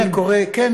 באמת?